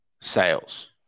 sales